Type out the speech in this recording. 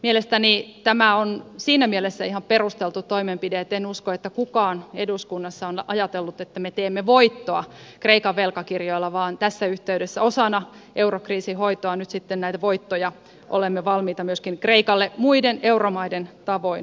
mielestäni tämä on siinä mielessä ihan perusteltu toimenpide että en usko että kukaan eduskunnassa on ajatellut että me teemme voittoa kreikan velkakirjoilla vaan tässä yhteydessä osana eurokriisin hoitoa nyt sitten näitä voittoja olemme valmiita myöskin kreikalle muiden euromaiden tavoin tulouttamaan